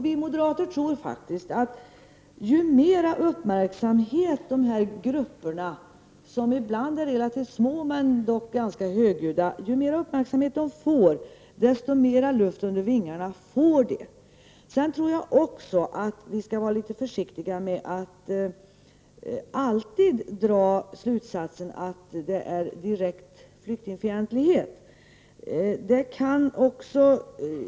Vi moderater tror att ju mera uppmärksamhet dessa grupper får, som ibland är relativt små men dock ganska högljudda, desto mera luft under vingarna får de. Jag tror också att man skall vara litet försiktig med att alltid dra slutsatsen att det handlar om direkt flyktingfientlighet.